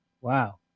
wow